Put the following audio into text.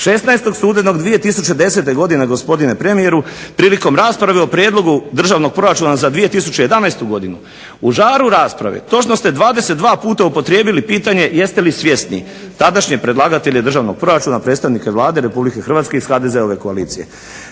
16.11.2010. godine, gospodine premijeru, prilikom rasprave o Prijedlogu državnog proračuna za 2011. godinu, u žaru rasprave točno ste 22 puta upotrijebili pitanje jeste li svjesni tadašnje predlagatelje državnog proračuna predstavnike Vlade Republike Hrvatske iz HDZ-ove koalicije.